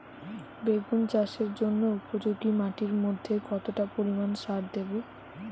বেগুন চাষের জন্য উপযোগী মাটির মধ্যে কতটা পরিমান সার দেব?